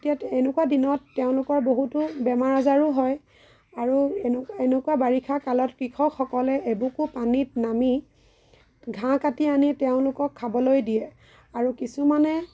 এতিয়া এনেকুৱা দিনত তেওঁলোকৰ বহুতো বেমাৰ আজাৰো হয় আৰু এনেকুৱা এনেকুৱা বাৰিষা কালত কৃষকসকলে এবুকু পানীত নামি ঘাঁহ কাটি আনি তেওঁলোকক খাবলৈ দিয়ে আৰু কিছুমানে